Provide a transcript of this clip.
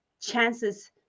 chances